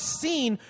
seen